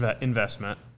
investment